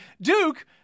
Duke